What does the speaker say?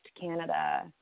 Canada –